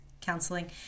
counseling